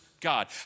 God